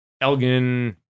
Elgin